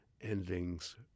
Endings